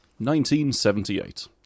1978